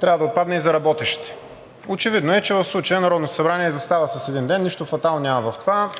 трябва да отпадне и за работещите. Очевидно е, че в случая Народното събрание изостава с един ден, нищо фатално няма в това.